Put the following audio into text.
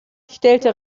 stellte